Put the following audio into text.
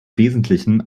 wesentlichen